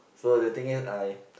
so the thing is I